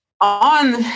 on